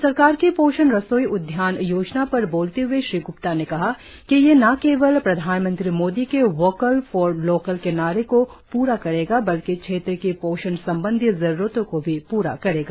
राज्य सरकार की पोषण रसोई उद्यान योजना पर बोलते हए श्री ग्र्प्ता ने कहा कि यह न केवल प्रधान मंत्री मोदी के वॉकल फॉर लोकल के नारे को पूरा करेगा बल्कि क्षेत्र की पोषण संबंधी जरुरतों को भी पूरा करेगा